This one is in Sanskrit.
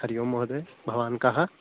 हरिः ओं महोदयः भवान् कः